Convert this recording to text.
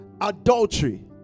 adultery